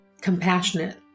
compassionate